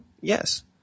Yes